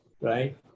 Right